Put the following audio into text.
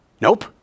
Nope